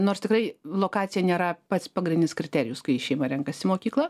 nors tikrai lokacija nėra pats pagrindinis kriterijus kai šeima renkasi mokyklą